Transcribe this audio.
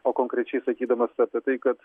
o konkrečiai sakydamas apie tai kad